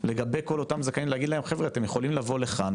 לגבי כל אותם זכאים שאתם יכולים להגיד להם חבר'ה אתם יכולים להגיע לכאן,